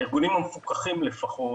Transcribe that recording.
הארגונים המפוקחים לפחות,